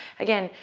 again,